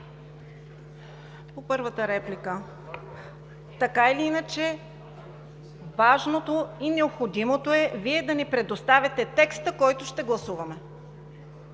По първата реплика. Така или иначе важното и необходимото е да ни предоставяте текста, който ще гласуваме.